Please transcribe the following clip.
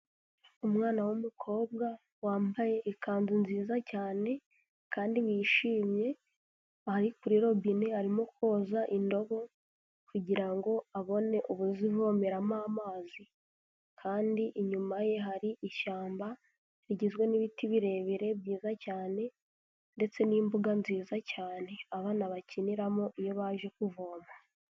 Umwana w'umukobwa wambaye ikanzu nziza cyane kandi wishimye ari kuri robine arimo koza indobo kugirango abone ubuzivomeramo amazi kandi inyuma ye hari ishyamba rigizwe n'ibiti birebire byiza cyane ndetse n'imbuga nziza cyane abana bakiniramo iyo baje kuvoma.